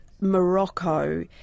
Morocco